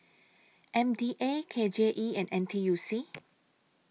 M D A K J E and N T U C